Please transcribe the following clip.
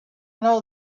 know